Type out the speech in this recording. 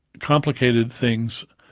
complicated things,